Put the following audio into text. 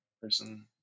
person